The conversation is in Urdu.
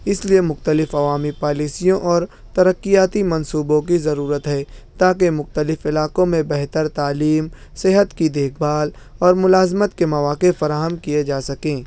اس لیے مختلف عوامی پالیسیوں اور ترقیاتی منصوبوں کی ضرورت ہے تاکہ مختلف علاقوں میں بہتر تعلیم صحت کی دیکھ بھال اور ملازمت کے مواقع فراہم کیے جا سکیں